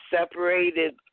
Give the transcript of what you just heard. separated